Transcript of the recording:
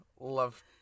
love